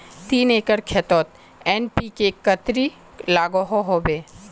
तीन एकर खेतोत एन.पी.के कतेरी लागोहो होबे?